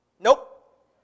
Nope